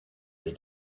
they